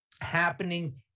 happening